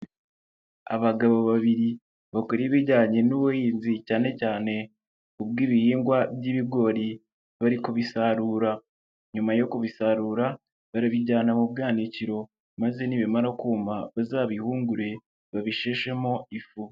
Abagabo babiri bakora ibijyanye n'ubuhinzi cyane cyane ubw'ibihingwa by'ibigori, bari kubisarura nyuma yo kubisarura barabijyana mu bwanakiro maze nibimara kuma bazabihungure babisheshemo ifu.